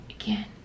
again